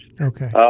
Okay